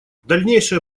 дальнейшая